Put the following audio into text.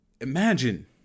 Imagine